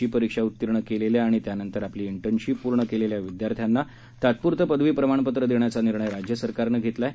ची परीक्षा उत्तीर्ण केलेल्या आणि त्यानंतर आपली इंटर्नशीप पूर्ण केलेल्या विद्यार्थ्यांना तात्पुरतं पदवी प्रमाणपत्र देण्याचा निर्णय राज्य सरकारनं घेतला आहे